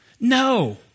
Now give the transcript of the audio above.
No